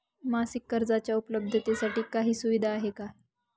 मासिक कर्जाच्या उपलब्धतेसाठी काही सुविधा आहे का?